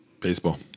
Baseball